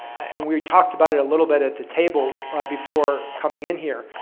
and we've talked about it a little bit at the table before coming in here.